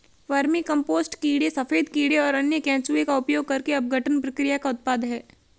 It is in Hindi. वर्मीकम्पोस्ट कीड़े सफेद कीड़े और अन्य केंचुए का उपयोग करके अपघटन प्रक्रिया का उत्पाद है